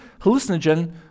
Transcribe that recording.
hallucinogen